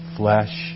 flesh